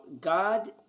God